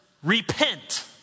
Repent